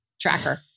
tracker